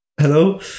hello